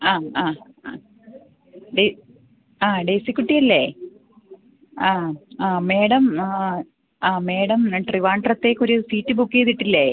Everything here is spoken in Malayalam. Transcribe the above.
ആ ആ ആ ആ ഡെയ്സിക്കുട്ടിയല്ലേ ആ ആ മാഡം ആ മാഡം ട്രിവാൻഡ്രത്തേക്ക് ഒരു സീറ്റ് ബുക്ക് ചെയ്തിട്ടില്ലേ